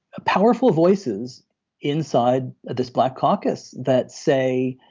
a powerful voices inside this black caucus that say